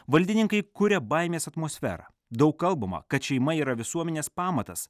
valdininkai kuria baimės atmosferą daug kalbama kad šeima yra visuomenės pamatas